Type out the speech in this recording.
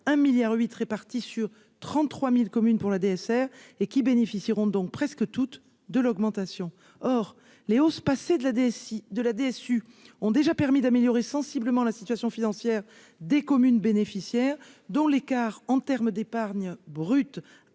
1 milliard 8 répartis sur 33000 communes pour la TSR et qui bénéficieront donc presque toutes de l'augmentation or Léo se passer de la DSI de la DSU ont déjà permis d'améliorer sensiblement la situation financière des communes bénéficiaires dont l'écart en terme d'épargne brute